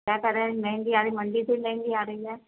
کیا کریں مہنگی آ رہی منڈی سے ہی مہنگی آ رہی ہے